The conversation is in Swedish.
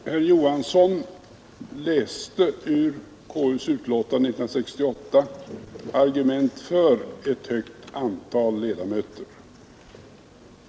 Fru talman! Herr Johansson i Trollhättan läste ur konstitutionsutskottets utlåtande från år 1968 upp argument för ett högt antal ledamöter.